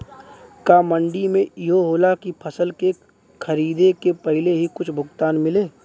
का मंडी में इहो होला की फसल के खरीदे के पहिले ही कुछ भुगतान मिले?